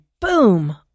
boom